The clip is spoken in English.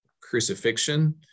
crucifixion